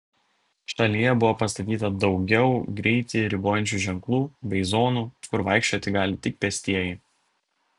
šalyje buvo pastatyta daugiau greitį ribojančių ženklų bei zonų kur vaikščioti gali tik pėstieji